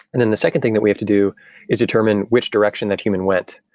then the second thing that we have to do is determine which direction that human went.